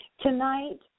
Tonight